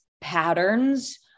patterns